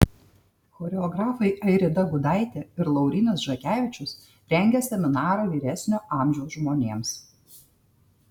choreografai airida gudaitė ir laurynas žakevičius rengia seminarą vyresnio amžiaus žmonėms